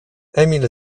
emil